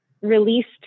released